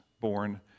born